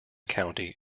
county